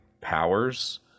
powers